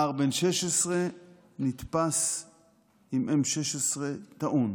נער בן 16 נתפס עם M16 טעון,